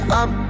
up